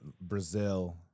Brazil